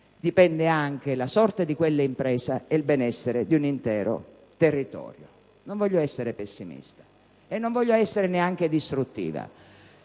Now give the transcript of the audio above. dipende anche la sorte di quelle imprese e il benessere di un intero territorio. Non voglio essere pessimista, e neanche distruttiva.